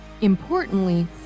importantly